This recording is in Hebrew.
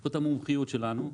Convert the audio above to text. זאת המומחיות שלנו,